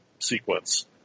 sequence